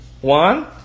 One